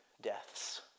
deaths